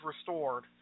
restored